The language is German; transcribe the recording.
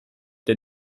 der